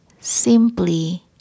Simply